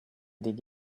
did